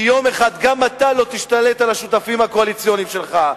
כי יום אחד גם אתה לא תשתלט על השותפים הקואליציוניים שלך.